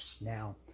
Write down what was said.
Now